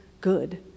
good